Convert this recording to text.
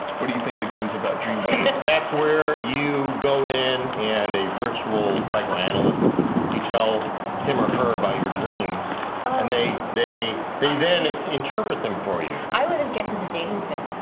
what do you think the game is about dreaming? that's where you go in and a virtual psychoanalysts you tell him or her about your dreams and they they they then interpret them for you i would have guesses a dating sim